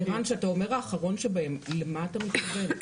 עירן, כשאתה אומר האחרון שבהם, למה אתה מתכוון?